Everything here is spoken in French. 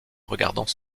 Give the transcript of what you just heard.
regardant